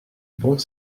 bons